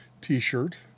t-shirt